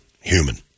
human